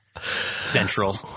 central